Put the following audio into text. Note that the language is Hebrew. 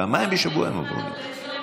פעמיים בשבוע, הם אמרו לי.